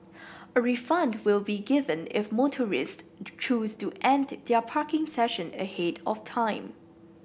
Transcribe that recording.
a refund will be given if motorists choose to end their parking session ahead of time